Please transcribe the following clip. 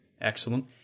excellent